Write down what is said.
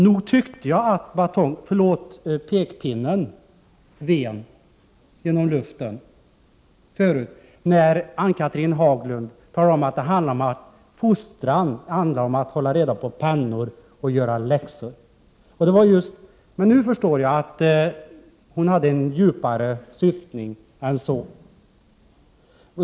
Nog tyckte jag att pekpinnen ven genom luften, när Ann-Cathrine Haglund sade att fostran handlar om att hålla reda på pennor och göra läxor. Men nu förstår jag att hon hade en djupare syftning än så.